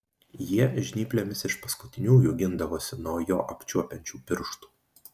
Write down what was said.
jie žnyplėmis iš paskutiniųjų gindavosi nuo jo apčiuopiančių pirštų